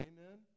Amen